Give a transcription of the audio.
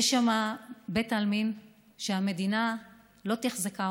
יש שם בית עלמין שהמדינה לא תחזקה,